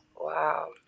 Wow